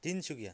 Tinsukia